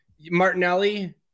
Martinelli